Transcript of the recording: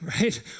right